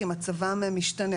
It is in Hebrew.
כי מצבם משתנה.